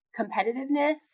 competitiveness